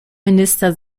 minister